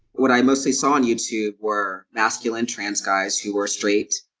what i mostly saw on youtube were masculine trans guys who were straight,